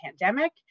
pandemic